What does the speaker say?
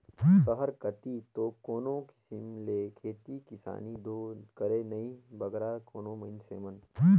सहर कती दो कोनो किसिम ले खेती किसानी दो करें नई बगरा कोनो मइनसे मन